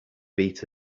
beat